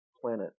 planet